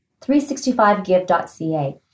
365give.ca